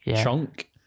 chunk